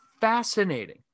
fascinating